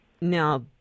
now